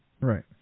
Right